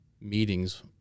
meetings